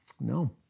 No